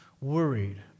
worried